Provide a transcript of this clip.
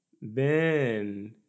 Then-